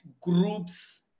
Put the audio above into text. groups